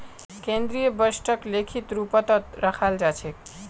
केन्द्रीय बजटक लिखित रूपतत रखाल जा छेक